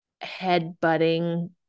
head-butting